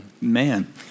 Man